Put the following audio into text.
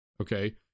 Okay